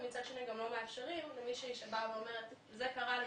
ומצד שני גם לא מאשרים למישהי שבאה ואומרת: זה קרה לי,